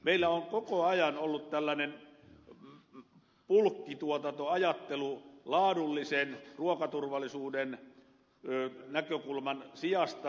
meillä on koko ajan ollut tällainen bulkkituotantoajattelu laadullisen ruokaturvallisuuden näkökulman sijasta